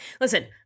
listen